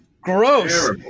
Gross